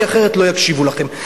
כי אחרת לא יקשיבו לכם.